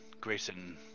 Grayson